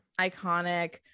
iconic